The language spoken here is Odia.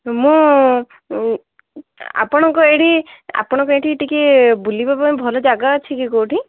ମୁଁ ଆପଣଙ୍କ ଏଇଠି ଆପଣଙ୍କ ଏଇଠି ଟିକେ ବୁଲିବାପାଇଁ ଭଲ ଜାଗାଅଛି କି କେଉଁଠି